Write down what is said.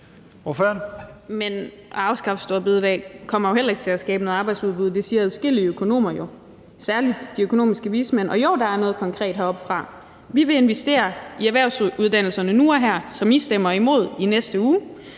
At afskaffe store bededag kommer jo heller ikke til at skabe noget arbejdsudbud. Det siger adskillige økonomer jo, særlig de økonomiske vismænd. Og jo, der er noget konkret heroppefra. Vi vil investere i erhvervsuddannelserne nu og her, hvilket I stemmer imod i næste uge.